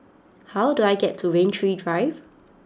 how do I get to Rain Tree Drive